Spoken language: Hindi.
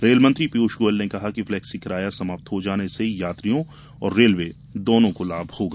रेलमंत्री पीयूष गोयल ने कहा कि फ्लेक्सी किराया समाप्त हो जाने से यात्रियों और रेलवे दोनों को लाभ होगा